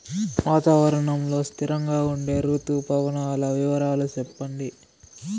వాతావరణం లో స్థిరంగా ఉండే రుతు పవనాల వివరాలు చెప్పండి?